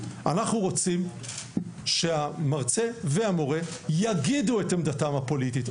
אנחנו רוצים שהמרצה והמורה יגידו את עמדתם הפוליטית,